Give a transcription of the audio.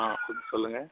ஆ சொல்லுங்க